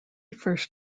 first